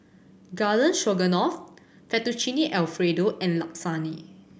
Garden Stroganoff Fettuccine Alfredo and Lasagne